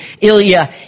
Ilya